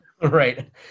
Right